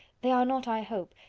they are not, i hope,